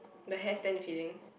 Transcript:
the hair stand feeling